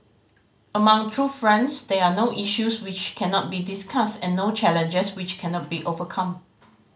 among true friends there are no issues which cannot be discussed and no challenges which cannot be overcome